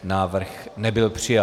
Návrh nebyl přijat.